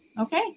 Okay